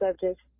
subject